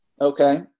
Okay